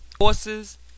horses